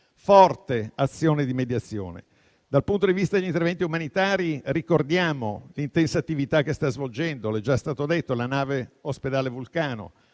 forte azione di mediazione. Dal punto di vista degli interventi umanitari, ricordiamo l'intensa attività che sta svolgendo - è già stato detto - la nave ospedale Vulcano,